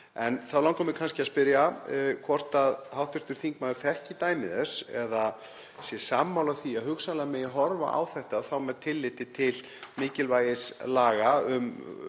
En þá langar mig kannski að spyrja hvort hv. þingmaður þekki dæmi þess eða sé sammála því að hugsanlega megi horfa á þetta með tilliti til mikilvægis laga um